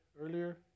earlier